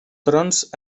trons